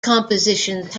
compositions